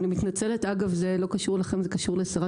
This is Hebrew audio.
ואני מתנצלת על כך - זה לא קשור אליכם אלא קשור לשרת